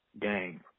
gang